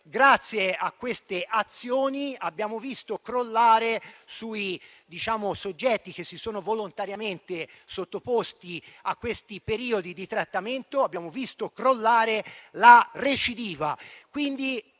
Grazie a queste azioni, abbiamo visto crollare, sui soggetti che si sono volontariamente sottoposti a questi periodi di trattamento, la recidiva.